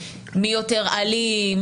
מי יותר אלים,